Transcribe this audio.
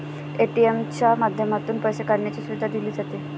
ATM च्या माध्यमातून पैसे काढण्याची सुविधा दिली जाते